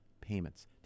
payments